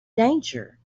danger